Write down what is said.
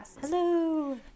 Hello